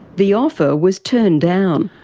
the offer was turned down.